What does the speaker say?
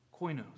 Koinos